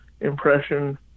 impression